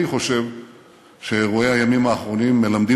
אני חושב שאירועי הימים האחרונים מלמדים